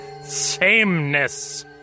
sameness